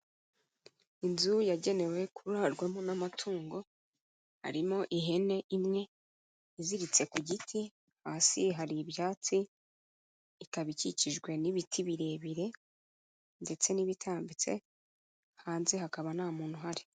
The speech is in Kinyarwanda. Inzu yagenewe kurarwamo n'amatungo, harimo ihene imwe iziritse ku giti, hasi hari ibyatsi ikaba ikikijwe n'ibiti birebire ndetse n'ibitambitse, hanze hakaba nta muntu uhari.